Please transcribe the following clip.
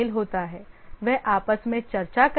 वे आपस में चर्चा करते हैं